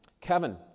kevin